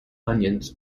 onions